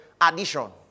addition